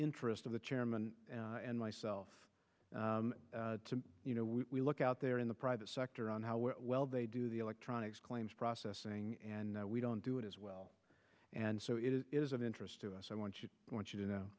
interest of the chairman and myself to you know we look out there in the private sector on how well they do the electronics claims processing and we don't do it as well and so it is of interest to us i want you want you to know